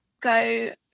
go